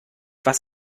was